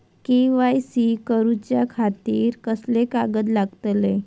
KYC करूच्या खातिर कसले कागद लागतले?